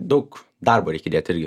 daug darbo reikia įdėt irgi